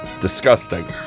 Disgusting